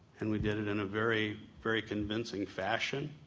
and we did it in a very very convincing fashion,